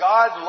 God